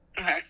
Okay